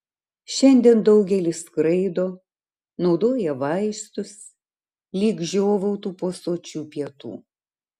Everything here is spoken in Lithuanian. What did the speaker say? šiandien daugelis skraido naudoja vaistus lyg žiovautų po sočių pietų